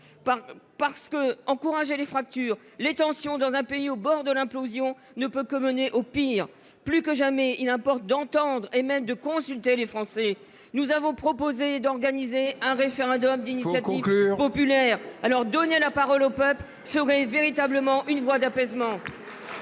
parce que, encourager les fractures les tensions dans un pays au bord de l'implosion, ne peut que mener au pire plus que jamais, il importe d'entendre et même de consulter les Français, nous avons proposé d'organiser un référendum d'initiative populaire alors donner la parole au peuple serait véritablement une voie d'apaisement.